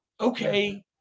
okay